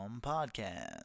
Podcast